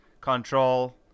control